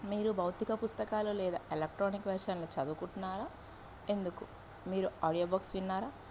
మీరు భౌతిక పుస్తకాలు లేదా ఎలక్ట్రానిక్ వర్షన్లు చదువుకుంటున్నారా ఎందుకు మీరు ఆడియో బుక్స్ విన్నారా